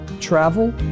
travel